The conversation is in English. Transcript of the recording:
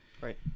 Right